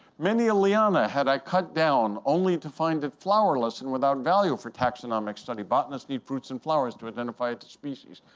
many a liana had i cut down, only to find it flowerless and without value for taxonomic study. botanists need fruits and flowers to identify the species.